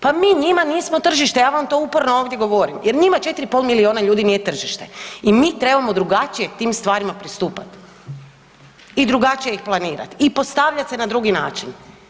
Pa njima nismo tržište, ja vam to uporno ovdje govorim jer njima četiri i pol milijuna ljudi nije tržište i mi trebamo drugačije tim stvarima pristupati i drugačije ih planirati i postavljati se na drugačiji način.